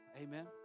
amen